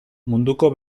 munduko